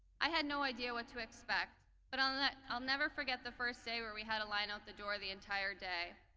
i had no idea what to expect but um i'll never forget the first day where we had a line out the door the entire day.